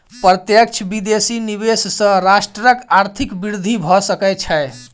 प्रत्यक्ष विदेशी निवेश सॅ राष्ट्रक आर्थिक वृद्धि भ सकै छै